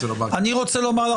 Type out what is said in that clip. אני רוצה לומר,